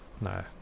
No